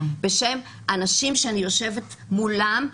אלא בשם הנשים שאני יושבת מולן,